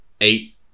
eight